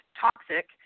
toxic